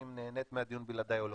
אם נהנית מהדיון בלעדיי או לא.